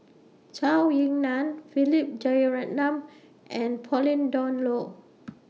Zhou Ying NAN Philip Jeyaretnam and Pauline Dawn Loh